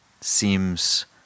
seems